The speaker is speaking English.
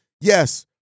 Yes